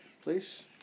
Please